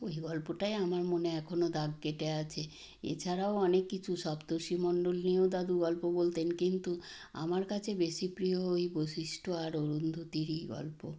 ওই গল্পটায় আমার মনে এখনো দাগ কেটে আছে এছাড়াও অনেক কিছু সপ্তর্ষিমণ্ডল নিয়েও দাদু গল্প বলতেন কিন্তু আমার কাছে বেশি প্রিয় ওই বশিষ্ঠ আর অরুন্ধতিরই গল্প